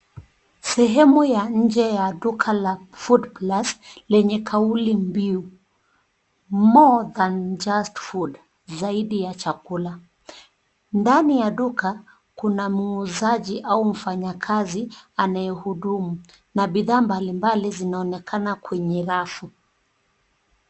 Sehemu ya nje ya duka la Foodplus lenye kauli mbiu, more than just food , zaidi ya chakula. Ndani ya duka kuna muuzaji au mfanyakazi anayehudumu, na bidhaa mbali mbali zinaonekana kwenye rafu.